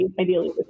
Ideally